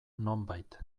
nonbait